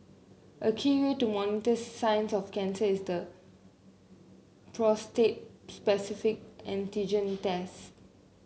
a key way to monitor signs of the cancer is the prostate specific antigen tests